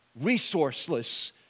resourceless